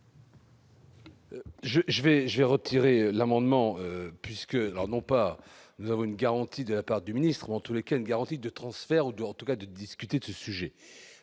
je vais retirer l'amendement, puisque non pas : nous avons une garantie de la part du ministre, en tous les cas une garantie de transfert ou de en tout cas de discuter de ce sujet